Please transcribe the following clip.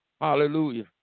Hallelujah